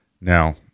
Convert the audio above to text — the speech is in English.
Now